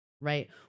right